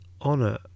honor